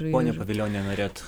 ponia pavilioniene norėjot